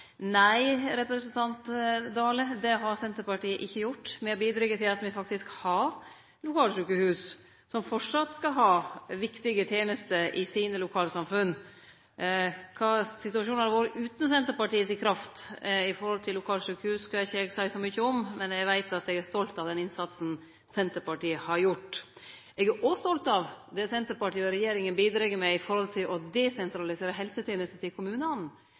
Nei, representanten Dale, det har Senterpartiet ikkje gjort. Me har bidrege til at me faktisk har lokalsjukehus som framleis skal ha viktige tenester i sine lokalsamfunn. Kva situasjonen hadde vore utan Senterpartiet si kraft med omsyn til lokalsjukehus, skal ikkje eg seie så mykje om, men eg veit at eg er stolt av den innsatsen Senterpartiet har gjort. Eg er òg stolt av det Senterpartiet og regjeringa har bidrege med når det gjeld å desentralisere helsetenestene til kommunane.